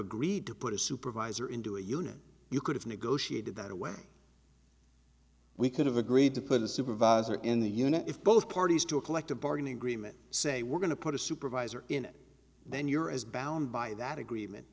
agreed to put a supervisor into a union you could have negotiated that away we could have agreed to put a supervisor in the unit if both parties to a collective bargaining agreement say we're going to put a supervisor in it then you're as bound by that agreement